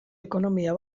ekonomia